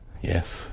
Yes